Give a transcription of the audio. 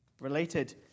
Related